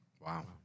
wow